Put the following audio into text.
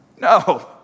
No